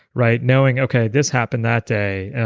right? knowing, okay, this happened that day,